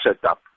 setup